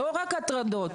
לא רק הטרדות.